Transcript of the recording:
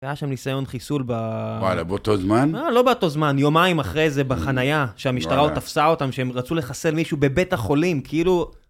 היה שם ניסיון חיסול באותו זמן? לא באותו זמן, יומיים אחרי זה בחנייה, שהמשטרה תפסה אותם, שהם רצו לחסר מישהו בבית החולים, כאילו...